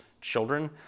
children